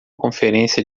conferência